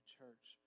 church